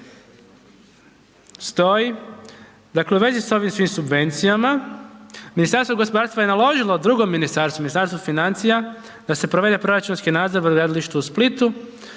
u vezi sa ovim svim subvencijama, Ministarstvo gospodarstva je naložilo drugom ministarstvu, Ministarstvu financija da se provede proračunski nadzor brodogradilišta u Splitu